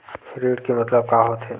ऋण के मतलब का होथे?